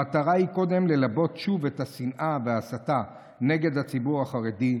המטרה היא קודם ללבות שוב את השנאה וההסתה נגד הציבור החרדי,